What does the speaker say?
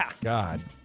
God